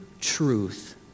truth